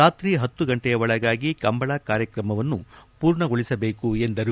ರಾತ್ರಿ ಹತ್ತು ಗಂಟೆಯ ಒಳಗಾಗಿ ಕಂಬಳ ಕಾರ್ಯಕ್ರಮವನ್ನು ಪೂರ್ಣಗೊಳಿಸಬೇಕು ಎಂದರು